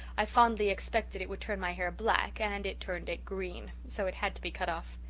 i fondly expected it would turn my hair black and it turned it green. so it had to be cut off.